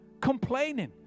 complaining